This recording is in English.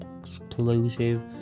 explosive